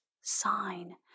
sign